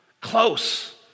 Close